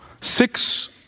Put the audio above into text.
six